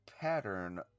pattern